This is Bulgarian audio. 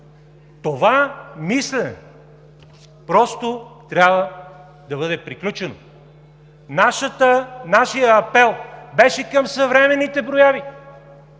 Това мислене просто трябва да бъде приключено. Нашият апел беше към съвременните прояви.